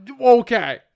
Okay